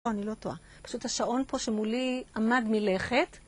אני לא טועה. פשוט השעון פה שמולי עמד מלכת.